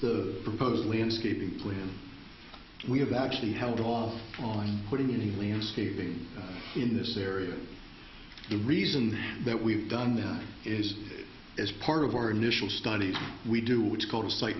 the proposed landscaping plan we have actually held off on putting any landscaping in this area the reason that we've done there is as part of our initial study we do what's called a s